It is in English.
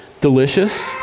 delicious